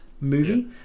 movie